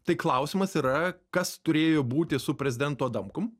tai klausimas yra kas turėjo būti su prezidentu adamkum